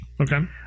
Okay